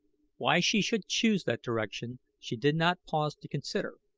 why she should choose that direction she did not pause to consider.